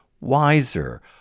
wiser